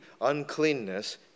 uncleanness